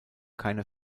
keine